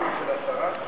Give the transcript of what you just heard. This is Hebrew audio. להתייחסות של השרה?